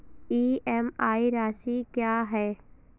EMI राशि क्या है?